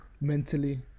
mentally